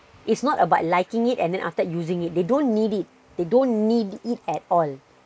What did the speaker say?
it's not about liking it and then after that using it they don't need it they don't need it at all